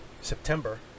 september